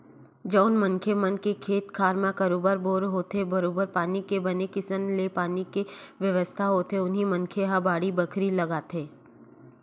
जउन मनखे मन के खेत खार म बरोबर बोर होथे बरोबर पानी के बने किसम ले पानी के बेवस्था होथे उही मनखे ह बाड़ी बखरी लगाथे